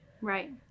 right